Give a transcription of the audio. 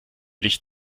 licht